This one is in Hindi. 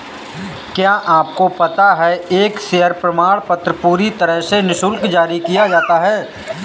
क्या आपको पता है एक शेयर प्रमाणपत्र पूरी तरह से निशुल्क जारी किया जाता है?